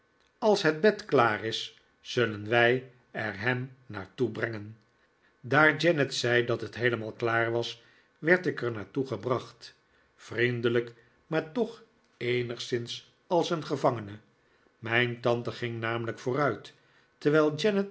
als het bed klaar is zullen wij er hem maar naar toe brengen daar janet zei dat het heelemaal klaar was werd ik er naar toe gebracht vriendelijk maar toch eenigszins als een gevangene mijn tante ging namelijk vooruit terwijl